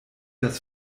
das